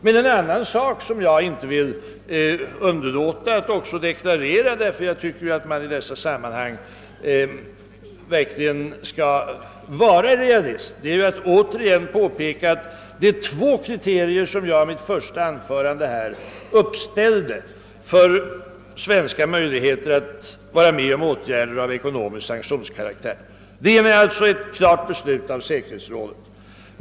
Men en annan sak som jag inte vill underlåta att deklarera, därför att jag tycker att man i dessa sammanhang verkligen skall vara realist, är att jag i mitt första anförande uppställde två kriterier för svenska möjligheter att medverka till åtgärder av ekonomisk sanktionskaraktär. I det ena fallet gäller det ett klart beslut av säkerhetsrådet.